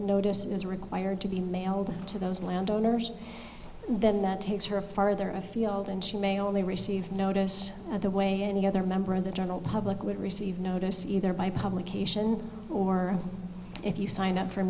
was required to be mailed to those landowners then that takes her farther afield and she may only receive notice by the way any other member of the general public would receive notice either by publication or if you signed up for